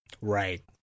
right